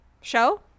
Show